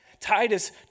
Titus